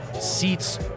seats